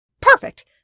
Perfect